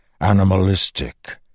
animalistic